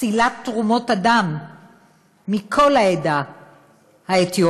פסילת תרומות הדם מכל העדה האתיופית,